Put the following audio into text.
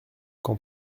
qu’en